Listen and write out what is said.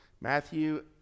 Matthew